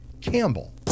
Campbell